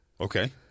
Okay